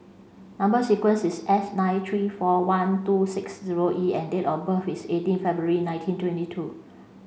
number sequence is S nine three four one two six zero E and date of birth is eighteen February nineteen twenty two